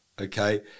okay